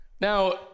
Now